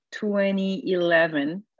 2011